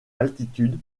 altitude